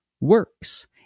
works